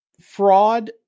fraud